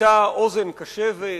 היתה אוזן קשבת,